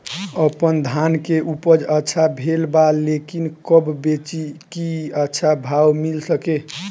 आपनधान के उपज अच्छा भेल बा लेकिन कब बेची कि अच्छा भाव मिल सके?